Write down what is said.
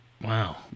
Wow